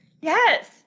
yes